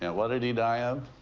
now, what did he die of?